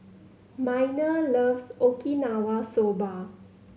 Minor loves Okinawa Soba